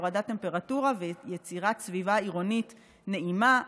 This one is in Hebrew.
הורדת טמפרטורה ויצירת סביבה עירונית נעימה,